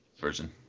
Version